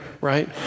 right